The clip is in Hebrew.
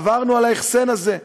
עברנו על ההחסן הזה,